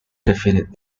definite